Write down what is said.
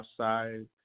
outside